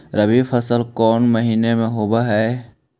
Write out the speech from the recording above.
रबी फसल कोन महिना में होब हई?